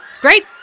Great